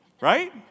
Right